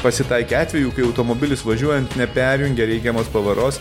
pasitaikė atvejų kai automobilis važiuojant neperjungia reikiamos pavaros